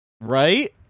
Right